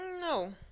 No